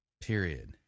Period